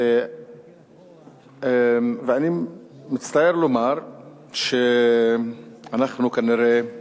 ואני מצטער לומר שאנחנו כנראה,